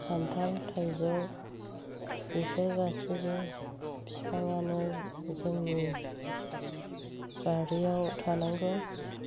खान्थाल थाइजौ बिसोर गासैबो बिफाङानो जोंनि बारियाव थानांगौ